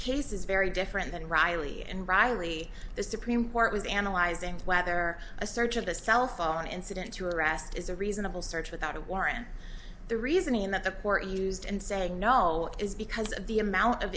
case is very different than riley and riley the supreme court was analyzing whether a search of the cell phone incident to arrest is a reasonable search without a warrant the reasoning that the court used in saying no is because of the amount of